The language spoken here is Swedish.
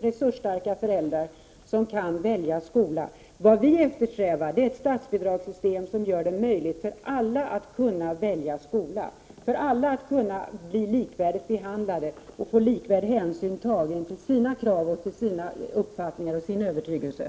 resursstarka föräldrar som verkligen kan välja skola. Vi moderater eftersträvar ett statsbidragssystem som gör det möjligt för alla att välja skola, att bli likvärdigt behandlade och få likvärdiga hänsyn tagna till sina krav och till sina uppfattningar och övertygelser.